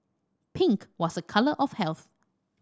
pink was a colour of health